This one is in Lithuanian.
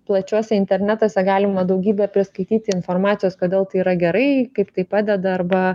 plačiuose internetuose galima daugybę priskaityti informacijos kodėl tai yra gerai kaip kaip padeda arba